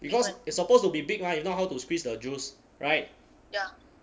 because it's supposed to be big mah if not how to squeeze the juice [right]